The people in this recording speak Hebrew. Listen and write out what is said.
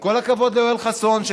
ועם כל הכבוד ליואל חסון,